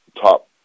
top